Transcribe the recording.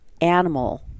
animal